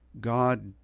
God